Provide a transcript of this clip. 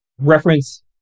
reference